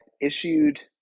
issued